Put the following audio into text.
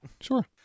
sure